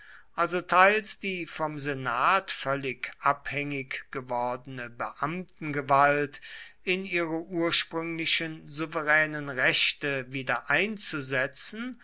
also teils die vom senat völlig abhängig gewordene beamtengewalt in ihre ursprünglichen souveränen rechte